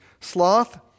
sloth